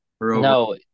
No